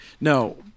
no